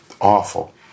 Awful